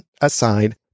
aside